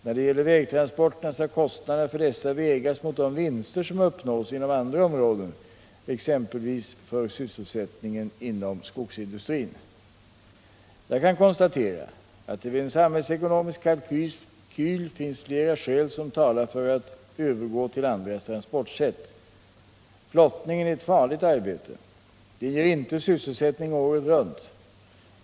När det gäller vägtransporterna skall kostnaderna för dessa vägas mot de vinster som uppnås inom andra områden, exempelvis för sysselsättningen inom skogsindustrin. Jag kan konstatera att det vid en samhällsekonomisk kalkyl finns flera skäl som talar för att övergå till andra transportsätt. Flottningen är ett farligt arbete. Den ger inte sysselsättning året runt.